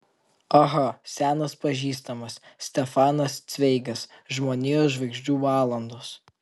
aha senas pažįstamas stefanas cveigas žmonijos žvaigždžių valandos